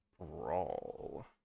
brawl